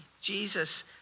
Jesus